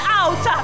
out